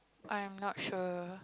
I'm not sure